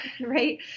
right